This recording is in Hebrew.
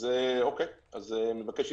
אני מבקש,